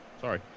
Sorry